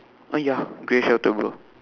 ah ya grey shelter bro